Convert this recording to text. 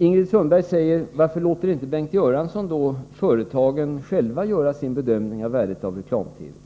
Ingrid Sundberg frågar varför jag inte låter företagen själva göra sin bedömning av värdet av reklam-TV.